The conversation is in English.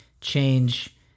change